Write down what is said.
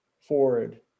forward